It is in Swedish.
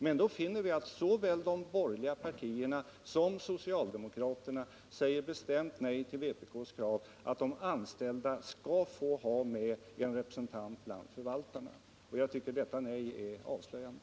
Men då finner vi att såväl de borgerliga partierna som socialdemokraterna säger bestämt nej till vpk:s krav att de anställda skall få en representant bland förvaltarna. Jag tycker att detta nej är avslöjande.